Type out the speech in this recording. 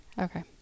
Okay